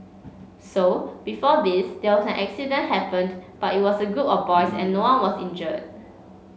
so before this there was an accident happened but it was a group of boys and no one was injured